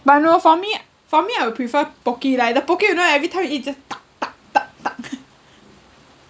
but I know for me for me I will prefer Pocky like the Pocky you know every time you eat just dak dak dak dak